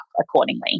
accordingly